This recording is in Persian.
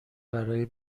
برای